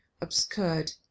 obscured